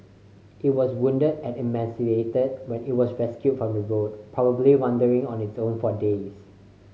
it was wounded and emaciated when it was rescued from the road probably wandering on its own for days